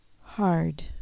hard